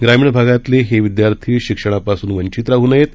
ग्रामीण भागातले हे विद्यार्थी शिक्षणापासून वंचित राह नये